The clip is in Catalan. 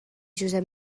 josep